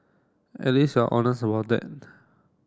at least you're honest about that